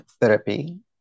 therapy